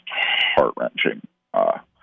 heart-wrenching